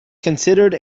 considered